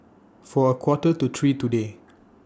For A Quarter to three today